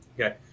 Okay